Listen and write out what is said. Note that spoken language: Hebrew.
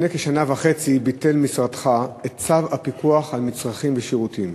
לפני כשנה וחצי ביטל משרדך את צו הפיקוח על מצרכים ושירותים